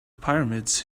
pyramids